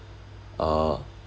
uh